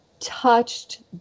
touched